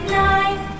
nine